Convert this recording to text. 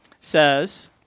says